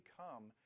come